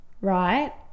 right